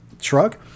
truck